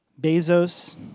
Bezos